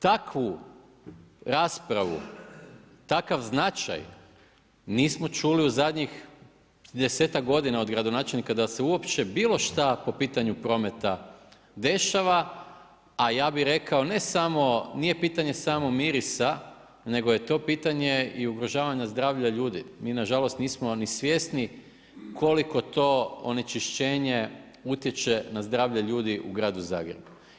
Takvu raspravu, takav značaj nismo čuli u zadnjih desetak godina od gradonačelnika da se uopće bilo šta po pitanju prometa dešava a ja bi rekao nije pitanje samo mirisa nego je to pitanje i ugrožavanje zdravlja ljudi. mi nažalost nismo ni svjesni koliko to onečišćenje utječe na zdravlje ljudi u gradu Zagrebu.